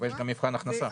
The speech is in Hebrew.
ויש גם מבחן הכנסה.